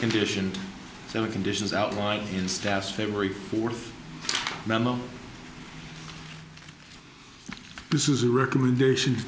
condition so conditions out lie in staff february fourth memo this is a recommendation